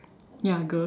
ya girl